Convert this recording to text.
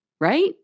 right